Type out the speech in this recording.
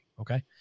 Okay